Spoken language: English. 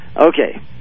okay